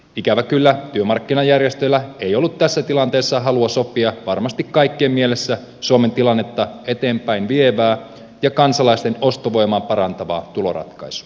ikävä kyllä työmarkkinajärjestöillä ei ollut tässä tilanteessa halua sopia varmasti kaikkien mielestä suomen tilannetta eteenpäin vievää ja kansalaisten ostovoimaa parantavaa tuloratkaisua